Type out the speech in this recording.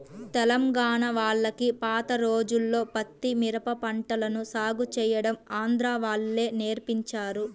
తెలంగాణా వాళ్లకి పాత రోజుల్లో పత్తి, మిరప పంటలను సాగు చేయడం ఆంధ్రా వాళ్ళే నేర్పించారు